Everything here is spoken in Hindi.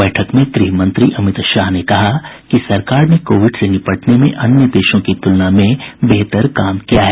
बैठक में गृहमंत्री अमित शाह ने कहा कि सरकार ने कोविड से निपटने में अन्य देशों की तुलना में बेहतर काम किया है